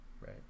right